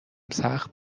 سخت